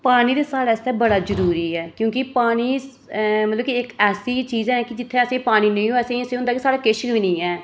पानी ते साढ़े आस्तै बड़ा जरुरी ऐ क्योंकि पानी ते मतलब इक ऐसी चीज ऐ जित्थै असें गी पानी नेईं होऐ उत्थै इ'यां स्हेई होंदा साढ़ा किश बी नेईं ऐ